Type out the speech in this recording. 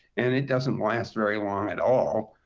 and it doesn't last very long at all.